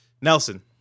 Nelson